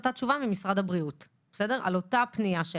אותה תשובה ממשרד הבריאות על אותה פנייה.